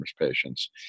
patients